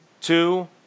two